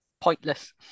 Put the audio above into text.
Pointless